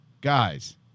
guys